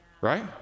Right